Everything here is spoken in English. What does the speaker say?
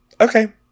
Okay